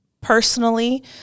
personally